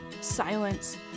silence